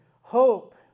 hope